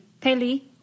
Peli